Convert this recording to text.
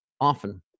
often